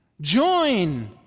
join